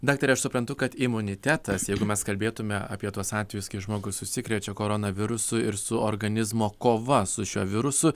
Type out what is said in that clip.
daktare aš suprantu kad imunitetas jeigu mes kalbėtume apie tuos atvejus kai žmogus užsikrečia koronavirusu ir su organizmo kova su šiuo virusu